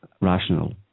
rational